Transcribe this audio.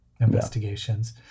Investigations